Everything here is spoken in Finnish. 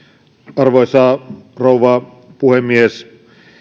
arvoisa rouva puhemies